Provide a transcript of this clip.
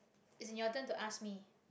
as in your turn to ask me